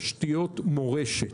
תיירות מורשת.